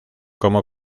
como